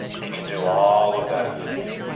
he can do all of that for you.